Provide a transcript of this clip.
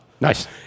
Nice